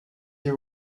you